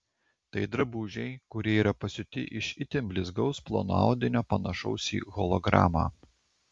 tai drabužiai kurie yra pasiūti iš itin blizgaus plono audinio panašaus į hologramą